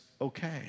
okay